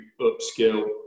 upskill